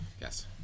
yes